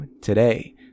today